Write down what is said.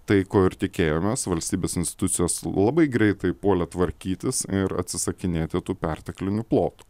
tai ko ir tikėjomės valstybės institucijos labai greitai puolė tvarkytis ir atsisakinėti tų perteklinių plotų